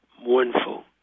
mournful